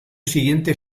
siguiente